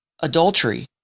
adultery